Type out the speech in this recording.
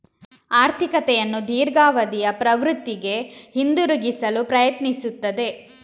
ಆರ್ಥಿಕತೆಯನ್ನು ದೀರ್ಘಾವಧಿಯ ಪ್ರವೃತ್ತಿಗೆ ಹಿಂತಿರುಗಿಸಲು ಪ್ರಯತ್ನಿಸುತ್ತದೆ